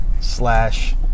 Slash